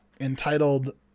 entitled